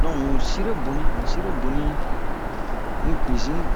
donk mu sire boni mu sire boni ni kuzini